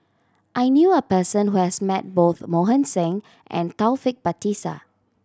I knew a person who has met both Mohan Singh and Taufik Batisah